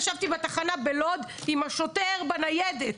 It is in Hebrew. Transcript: ישבתי בתחנה בלוד עם השוטר בניידת,